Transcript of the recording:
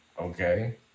okay